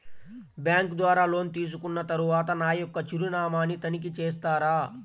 Bank ద్వారా loan తీసుకున్న తరువాత నా యొక్క చిరునామాని తనిఖీ చేస్తారా?